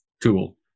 tool